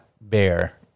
bear